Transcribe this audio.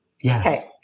Yes